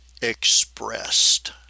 expressed